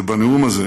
ובנאום הזה